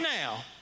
now